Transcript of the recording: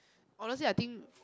honestly I think